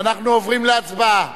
אנחנו עוברים להצבעה.